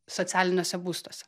socialiniuose būstuose